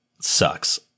sucks